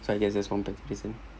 so I guess that's from